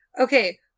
Okay